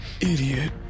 idiot